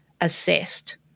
assessed